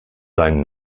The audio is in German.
seinen